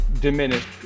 diminished